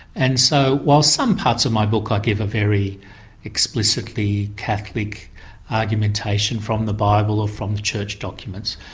and so while some parts of my book i give a very explicitly catholic argumentation from the bible, or from the church documents,